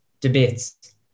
debates